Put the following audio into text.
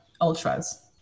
ultras